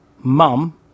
Mum